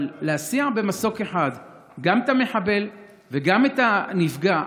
אבל להסיע במסוק אחד גם את המחבל וגם את הנפגע,